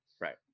Right